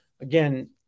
Again